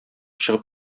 чыгып